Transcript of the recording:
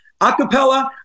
acapella